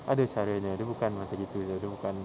ada caranya dia bukan macam gitu jer dia bukan